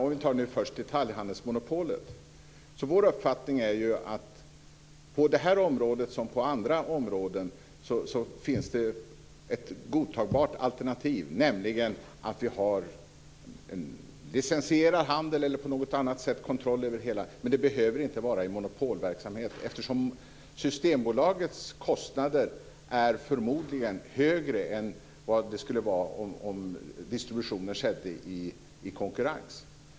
Fru talman! Moderaternas uppfattning om detaljhandelsmonopolet är att på det området, som på andra områden, finns det ett godtagbart alternativ, nämligen att vi har licensierad handel eller något annat med kontroll. Det behöver inte vara monopolverksamhet. Systembolagets kostnader är förmodligen högre än vad de skulle vara om distributionen skedde i konkurrens.